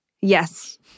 Yes